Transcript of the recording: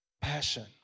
Passion